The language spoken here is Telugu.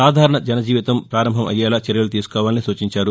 సాధారణ జన జీవితం పారంభం అయ్యేలా చర్యలు తీసుకోవాలని సూచించారు